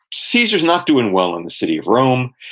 caesar's not doing well in the city of rome.